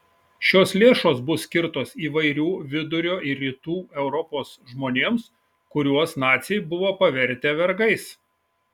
šios lėšos bus skirtos įvairių vidurio ir rytų europos žmonėms kuriuos naciai buvo pavertę vergais